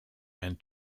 and